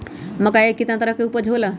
मक्का के कितना तरह के उपज हो ला?